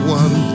one